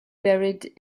buried